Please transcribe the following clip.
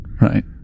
Right